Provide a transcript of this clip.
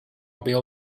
will